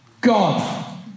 God